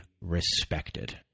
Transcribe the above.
respected